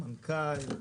המנכ"ל,